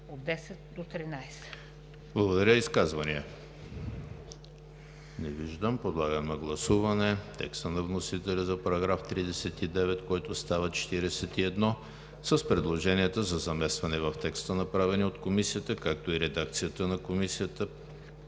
ЕМИЛ ХРИСТОВ: Изказвания? Не виждам. Подлагам на гласуване текста на вносителя за § 39, който става § 41, с предложенията за заместване в текста, направени от Комисията; както и редакцията на Комисията,